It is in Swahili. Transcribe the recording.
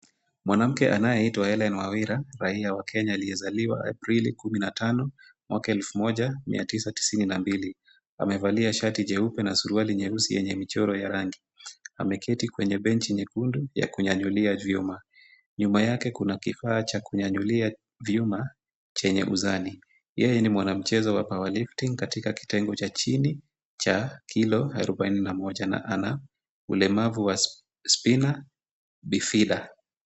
Mwanamke anayeitwa Hellen Mawira, raia wa Kenya aliyezaliwa 15th April 1992 amevalia shati jeupe na suruali nyeusi yenye michoro ya rangi. Ameketi kwenye benchi nyekundu ya kunyanyulia vyuma. Nyuma yake kuna kifaa cha kunyanyulia vyuma chenye uzani. Yeye ni mwanamichezo wa power lifting , katika kitengo cha chini cha kilo arubaini na moja na ana ulemavu wa Spina Bifida.